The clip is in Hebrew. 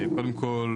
קודם כל,